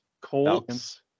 Colts